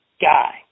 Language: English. guy